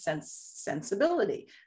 sensibility